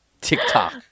TikTok